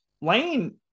Lane